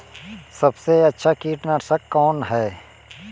सबसे अच्छा कीटनाशक कौनसा है?